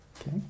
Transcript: Okay